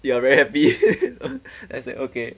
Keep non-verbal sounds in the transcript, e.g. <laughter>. you are very happy <noise> I said okay